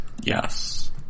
Yes